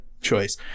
choice